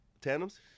Tandems